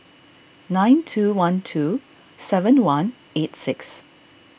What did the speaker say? nine two one two seven one eight six